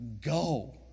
go